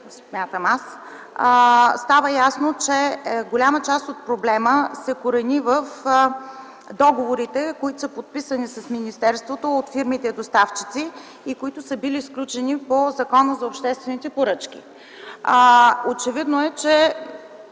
става ясно, че голяма част от проблема се корени в договорите, които са подписани с министерството от фирмите-доставчици и които са били сключени по Закона за обществените поръчки. Очевидно е, че